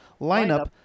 lineup